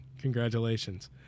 Congratulations